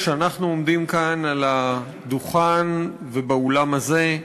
כשאנחנו עומדים כאן על הדוכן ובאולם הזה,